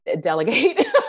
delegate